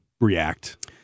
react